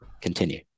continue